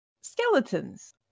Skeletons